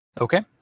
Okay